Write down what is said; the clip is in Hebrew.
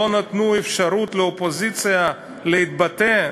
לא נתנו אפשרות לאופוזיציה להתבטא,